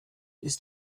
ist